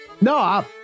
No